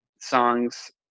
songs